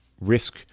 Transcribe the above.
risk